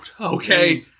okay